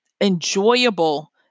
enjoyable